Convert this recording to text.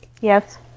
Yes